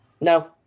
No